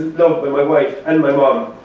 loved by my wife and my mom